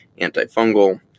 antifungal